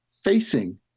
facing